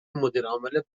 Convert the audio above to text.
مدیرعامل